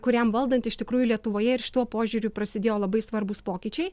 kuriam valdant iš tikrųjų lietuvoje ir šituo požiūriu prasidėjo labai svarbūs pokyčiai